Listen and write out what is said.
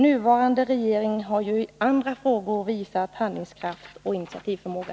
Nuvarande regering har ju i andra frågor visat handlingskraft och initiativförmåga.